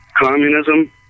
Communism